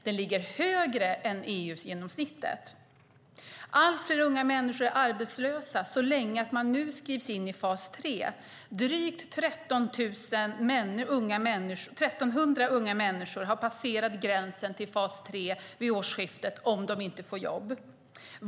Den ligger högre än EU-genomsnittet. Allt fler unga människor är arbetslösa så länge att de nu skrivs in i fas 3. Drygt 1 300 unga människor har passerat gränsen till fas 3 vid årsskiftet om de inte får jobb.